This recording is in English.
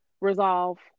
resolve